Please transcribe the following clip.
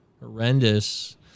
horrendous